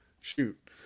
shoot